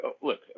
Look